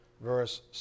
Verse